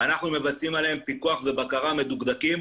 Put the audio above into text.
ואנחנו מבצעים עליהם פיקוח ובקרה מדוקדקים,